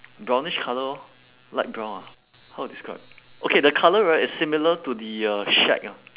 brownish colour lor light brown ah how to describe okay the colour right is similar to the uh shack ah